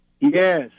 Yes